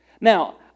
Now